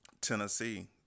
Tennessee